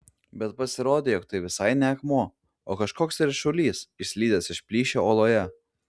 bet pasirodė jog tai visai ne akmuo o kažkoks ryšulys išslydęs iš plyšio uoloje